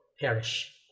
perish